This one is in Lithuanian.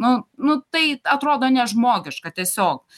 nu nu tai atrodo nežmogiška tiesiog